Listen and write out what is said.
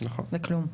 זה כלום.